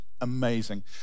amazing